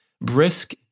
brisk